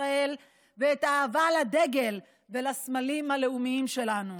ישראל ואת האהבה לדגל ולסמלים הלאומיים שלנו.